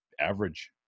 average